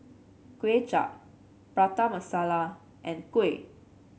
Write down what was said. Kuay Chap Prata Masala and Kuih